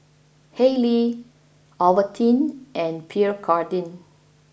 Haylee Ovaltine and Pierre Cardin